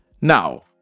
Now